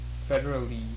federally